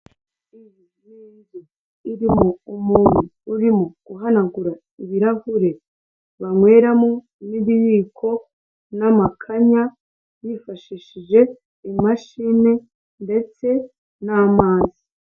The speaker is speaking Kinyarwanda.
Iyi ni inzu irimo umuntu urimo guhanagura ibirahure banyweramo n'ibiyiko n'amakanya yifashishije imashine ndetse n'amazi.